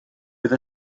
bydd